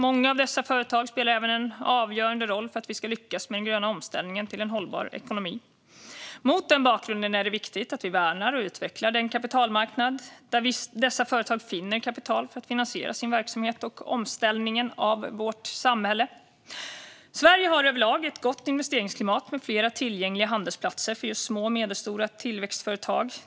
Många av dessa företag spelar även en avgörande roll för att vi ska lyckas med den gröna omställningen till en hållbar ekonomi. Mot den bakgrunden är det viktigt att vi värnar och utvecklar den kapitalmarknad där dessa företag finner kapital för att finansiera sin verksamhet och omställningen av vårt samhälle. Sverige har överlag ett gott investeringsklimat med flera tillgängliga handelsplatser för just små och medelstora tillväxtföretag.